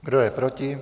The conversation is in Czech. Kdo je proti?